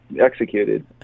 executed